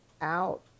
out